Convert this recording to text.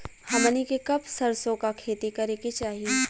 हमनी के कब सरसो क खेती करे के चाही?